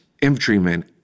infantrymen